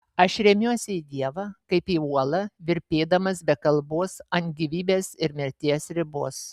aš remiuosi į dievą kaip į uolą virpėdamas be kalbos ant gyvybės ir mirties ribos